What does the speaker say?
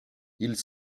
ils